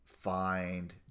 find